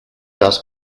das